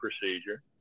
procedure